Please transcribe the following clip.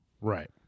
Right